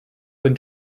than